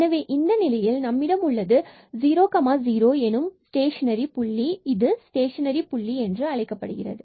எனவே இந்த நிலையில் நம்மிடம் உள்ளது 00 ஸ்டேஷனரி புள்ளி என்று அழைக்கப்படுகிறது